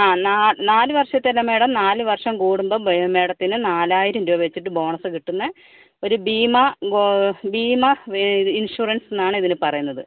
ആ നാല് നാല് വർഷത്തിലല്ല മാഡം നാല് വർഷം കൂടുമ്പം മാഡത്തിന് നാലായിരം രൂപ വെച്ചിട്ട് ബോണസ് കിട്ടുന്നത് ഒരു ഭീമാ ഭീമാ ഇൻഷൂറൻസ്ന്നാണ് ഇതിന് പറയുന്നത്